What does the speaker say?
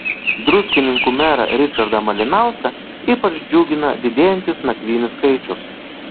druskininkų merą ričardą malinauską ypač džiugina didėjantis nakvynių skaičius